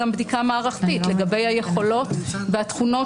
נעשתה גם בדיקה מערכתית לגבי היכולות והתכונות